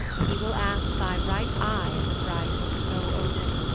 he will ask thy right eye as a price, o odin,